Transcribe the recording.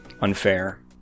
unfair